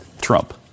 Trump